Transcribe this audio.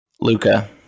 Luca